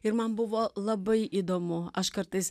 ir man buvo labai įdomu aš kartais